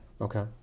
Okay